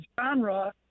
genre